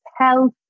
Health